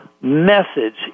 methods